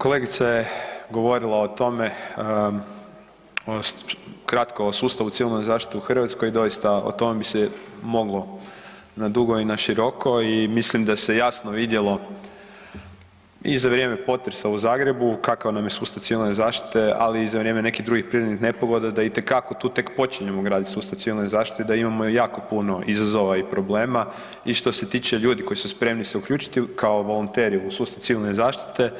Kolegica je govorila o tome, kratko o sustavu civilne zaštite u Hrvatskoj i doista o tome bi se moglo na dugo i na široko i mislim da se jasno vidjelo i za vrijeme potresa u Zagrebu kakav nam je sustav civilne zaštite, ali i za vrijeme nekih drugih prirodnih nepogoda, da itekako tu tek počinjemo graditi sustav civilne zaštite i da imamo jako puno izazova i problema i što se tiče ljudi koji su spremni se uključiti kao volonteri u sustav civilne zaštite